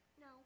No